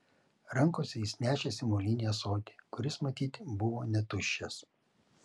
rankose jis nešėsi molinį ąsotį kuris matyt buvo netuščias